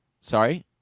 Sorry